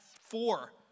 four